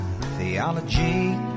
theology